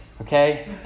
Okay